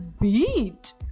beach